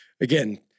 again